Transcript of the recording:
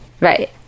right